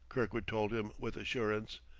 kirkwood told him with assurance.